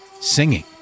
singing